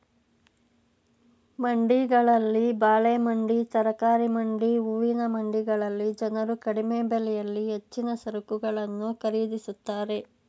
ಮಂಡಿಗಳಲ್ಲಿ ಬಾಳೆ ಮಂಡಿ, ತರಕಾರಿ ಮಂಡಿ, ಹೂವಿನ ಮಂಡಿಗಳಲ್ಲಿ ಜನರು ಕಡಿಮೆ ಬೆಲೆಯಲ್ಲಿ ಹೆಚ್ಚಿನ ಸರಕುಗಳನ್ನು ಖರೀದಿಸುತ್ತಾರೆ